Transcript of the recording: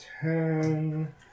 ten